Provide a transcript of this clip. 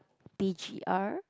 B_G_R